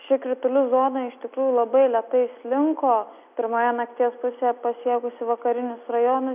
ši kritulių zona iš tikrųjų labai lėtai slinko pirmoje nakties pusėje pasiekusi vakarinius rajonus